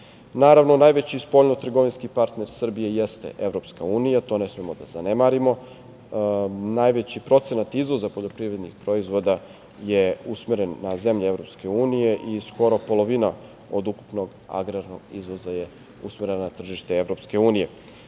najveći spoljno-trgovinski partner Srbije jeste EU, to ne smemo da zanemarimo, najveći procenat izvoza poljoprivrednih proizvoda je usmeren na zemlje EU i skoro polovina od ukupnog agrarnog izvoza je usmerena na tržište EU.U decembru